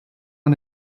man